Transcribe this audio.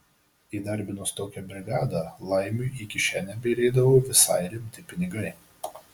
įdarbinus tokią brigadą laimiui į kišenę byrėdavo visai rimti pinigai